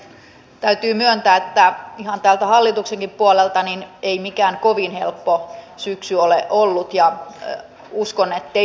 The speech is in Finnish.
täytyy myöntää ihan täältä hallituksenkin puolelta että ei mikään kovin helppo syksy ole ollut uskon ettei ministerilläkään